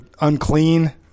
unclean